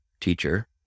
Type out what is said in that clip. teacher